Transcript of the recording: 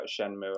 Shenmue